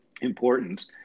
importance